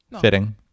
Fitting